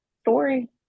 story